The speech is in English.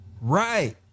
Right